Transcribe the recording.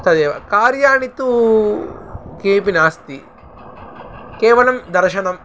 तदेव कार्याणि तु केपि नास्ति केवलं दर्शनम्